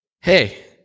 hey